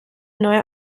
neue